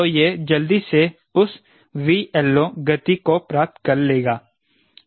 तो यह जल्दी से उस 𝑉LO गति को प्राप्त करे लेगा